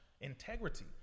integrity